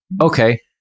okay